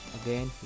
again